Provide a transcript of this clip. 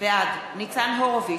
בעד ניצן הורוביץ,